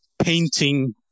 painting